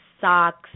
socks